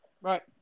Right